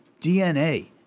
DNA